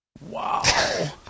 Wow